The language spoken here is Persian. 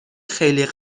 خیلی